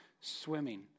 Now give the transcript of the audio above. swimming